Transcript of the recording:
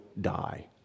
die